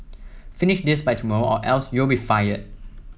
finish this by tomorrow or else you'll be fired